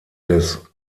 des